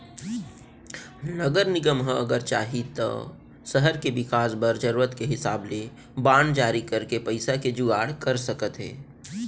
नगर निगम ह अगर चाही तौ सहर के बिकास बर जरूरत के हिसाब ले बांड जारी करके पइसा के जुगाड़ कर सकत हे